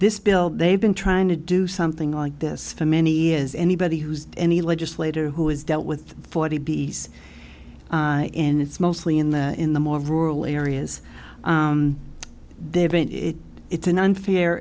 this bill they've been trying to do something like this for many years anybody who's any legislator who has dealt with forty b s and it's mostly in the in the more rural areas they have been it's an unfair